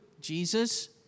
Jesus